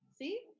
See